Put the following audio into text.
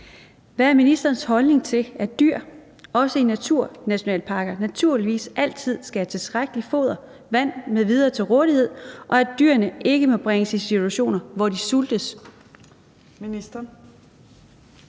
Hvad er ministerens holdning til, at dyr, også i naturnationalparker, naturligvis altid skal have tilstrækkeligt foder, vand m.v. til rådighed, og at dyrene ikke må bringes i situationer, hvor de sultes?